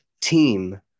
team